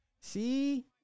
See